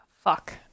Fuck